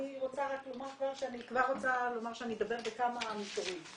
אני רוצה רק לומר שאני אדבר בכמה מישורים.